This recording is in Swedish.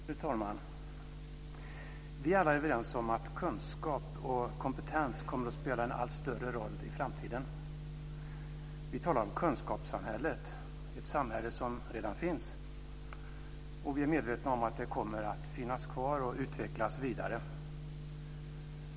Fru talman! Vi är alla överens om att kunskap och kompetens kommer att spela en allt större roll i framtiden. Vi talar om kunskapssamhället. Det är ett samhälle som redan finns, och vi är medvetna om att det kommer att finnas kvar och utvecklas vidare.